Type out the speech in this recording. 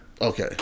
Okay